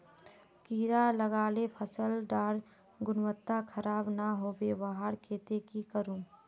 कीड़ा लगाले फसल डार गुणवत्ता खराब ना होबे वहार केते की करूम?